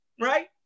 right